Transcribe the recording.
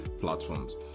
platforms